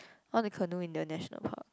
I wanna canoe in their national park